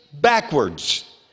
backwards